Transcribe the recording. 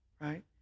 Right